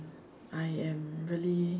I am really